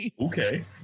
okay